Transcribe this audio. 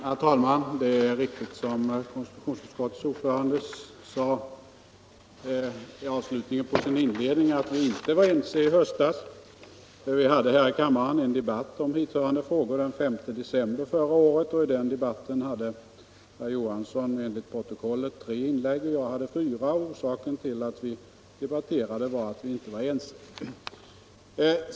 Herr talman! Det är riktigt som konstitutionsutskottets ordförande sade i slutet av sin inledning, att vi inte var eniga i höstas när vi här i kammaren hade en debatt om hithörande frågor. I debatten den 5 december hade herr Johansson i Trollhättan enligt protokollet tre inlägg, och jag hade fyra. Orsaken till att vi förde den debatten var att vi inte var eniga.